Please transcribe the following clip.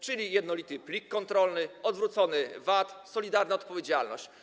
Chodzi o jednolity plik kontrolny, odwrócony VAT, solidarną odpowiedzialność.